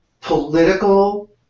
political